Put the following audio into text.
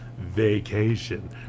vacation